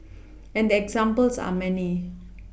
and the examples are many